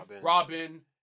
Robin